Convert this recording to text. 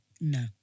No